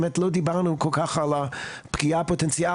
באמת לא דיברנו כל כך על הפגיעה הפוטנציאלית